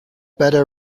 better